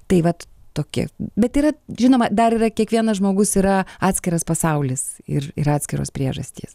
tai vat tokie bet yra žinoma dar yra kiekvienas žmogus yra atskiras pasaulis ir ir atskiros priežastys